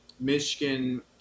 Michigan